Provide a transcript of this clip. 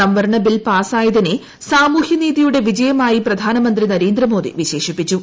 സംവരണ ബിൽ പാസായതിനെ സാമൂഹ്യനീതിയുടെ വിജയമായി പ്രധാനമന്ത്രി നരേന്ദ്രമോദി വിശേഷിപ്പിച്ചു